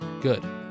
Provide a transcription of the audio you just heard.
good